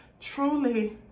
truly